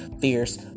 fierce